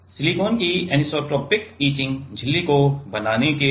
silicon की anisotropic etching झिल्ली को बनाने के लिए